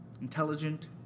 intelligent